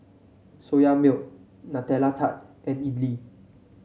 Soya Milk Nutella Tart and idly